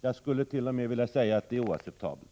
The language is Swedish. Jag skulle t.o.m. vilja säga att det är oacceptabelt.